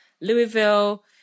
Louisville